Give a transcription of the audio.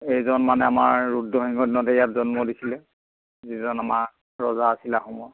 এইজন মানে আমাৰ ৰুদ্ৰসিংহৰ দিনতে ইয়াত জন্ম দিছিলে যিজন আমাৰ ৰজা আছিলে আহোমৰ